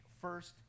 first